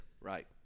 right